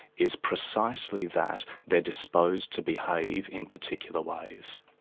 is precisely that they're disposed to behave in particular ways.